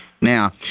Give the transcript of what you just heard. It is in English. Now